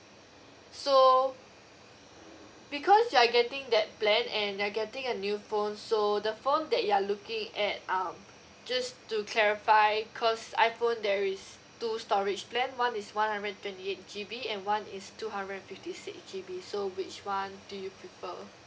so because you're getting that plan and you're getting a new phone so the phone that you are looking at um just to clarify cause iphone there is two storage plan one is one hundred and twenty eight G_B and one is two hundred and fifty six G_B so which one do you prefer